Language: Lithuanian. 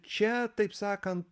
čia taip sakant